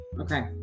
Okay